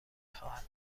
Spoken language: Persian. خواهد